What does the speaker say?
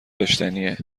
داشتنیه